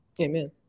Amen